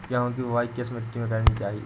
गेहूँ की बुवाई किस मिट्टी में करनी चाहिए?